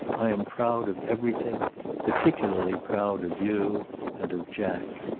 i am proud of everything particularly proud of you and of jack.